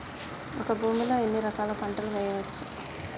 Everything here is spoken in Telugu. ఒక భూమి లో ఎన్ని రకాల పంటలు వేయచ్చు?